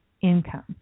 income